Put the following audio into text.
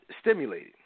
Stimulated